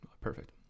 Perfect